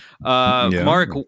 mark